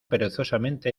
perezosamente